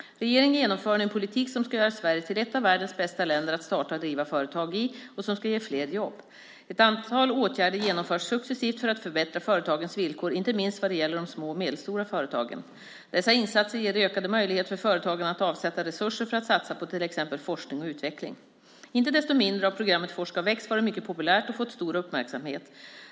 Regeringen genomför nu en politik som ska göra Sverige till ett av världens bästa länder att starta och driva företag i och som ska ge fler jobb. Ett antal åtgärder genomförs successivt för att förbättra företagens villkor, inte minst vad gäller de små och medelstora företagen. Dessa insatser ger ökade möjligheter för företagen att avsätta resurser för att satsa på till exempel forskning och utveckling. Inte desto mindre har programmet Forska och väx varit mycket populärt och fått stor uppmärksamhet.